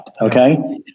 okay